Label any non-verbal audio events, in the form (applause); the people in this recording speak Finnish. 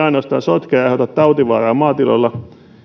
(unintelligible) ainoastaan sotke ja aiheuta tautivaaraa maatiloilla